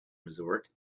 resort